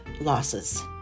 losses